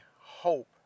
hope